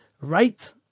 right